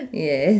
yeah